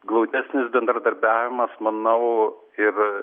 glaudesnis bendradarbiavimas manau ir